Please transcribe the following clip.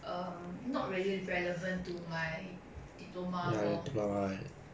um not really relevant to my diploma lor